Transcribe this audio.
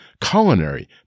culinary